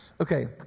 Okay